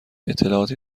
اطلاعاتی